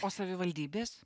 o savivaldybės